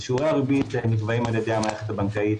שיעורי הריבית נקבעים על-ידי המערכת הבנקאית.